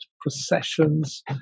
processions